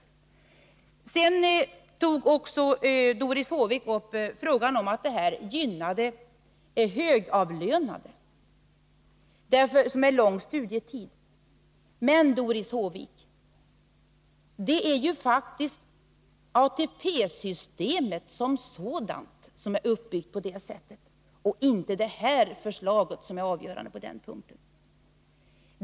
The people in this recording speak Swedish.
Sedan sade Doris Håvik att förslaget gynnade högavlönade med lång studietid. Men, Doris Håvik, det är ju faktiskt ATP-systemet som sådant som är uppbyggt på det sättet. Det är inte det här förslaget som är avgörande på den punkten.